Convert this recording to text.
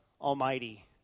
Almighty